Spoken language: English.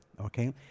Okay